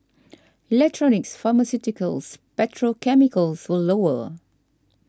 electronics pharmaceuticals petrochemicals were lower